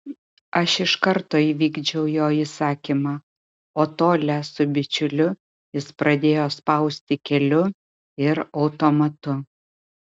aš iš karto įvykdžiau jo įsakymą o tolią su bičiuliu jis pradėjo spausti keliu ir automatu